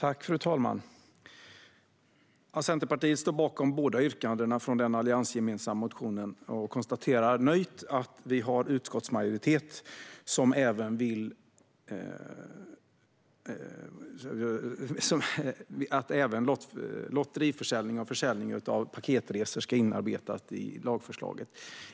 Fru talman! Centerpartiet står bakom båda yrkandena från den alliansgemensamma motionen och konstaterar nöjt att vi har utskottsmajoritet som vill att även lotteriförsäljning och försäljning av paketresor ska inarbetas i lagförslaget.